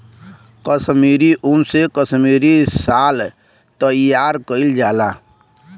कसमीरी उन से कसमीरी साल तइयार कइल जाला